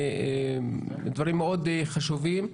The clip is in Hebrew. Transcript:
הדברים מאוד חשובים.